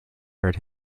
heard